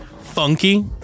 Funky